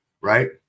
right